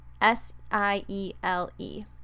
S-I-E-L-E